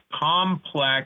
complex